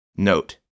Note